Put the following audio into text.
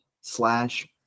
slash